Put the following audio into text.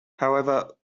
however